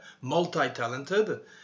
multi-talented